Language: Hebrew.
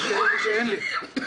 או שיש לי או שאין לי.